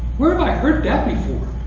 where have i heard that before?